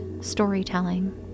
storytelling